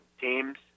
teams